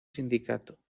sindicato